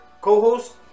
co-host